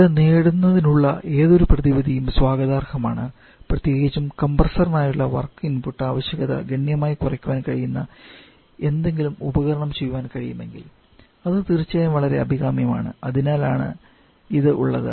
അത് നേടുന്നതിനുള്ള ഏതൊരു പ്രതിവിധിയും സ്വാഗതാർഹമാണ് പ്രത്യേകിച്ചും കംപ്രസ്സറിനായുള്ള വർക്ക് ഇൻപുട്ട് ആവശ്യകത ഗണ്യമായി കുറയ്ക്കാൻ കഴിയുന്ന എന്തെങ്കിലും ഉപകരണം ചെയ്യാൻ കഴിയുമെങ്കിൽ അത് തീർച്ചയായും വളരെ അഭികാമ്യമാണ് അതിനാലാണ് ഇത് ഉള്ളത്